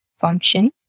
function